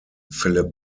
phillip